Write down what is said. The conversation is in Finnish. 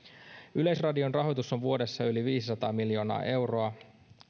yleisradion rahoitus on vuodessa yli viisisataa miljoonaa euroa